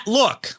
look